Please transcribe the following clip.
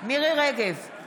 מירי מרים רגב,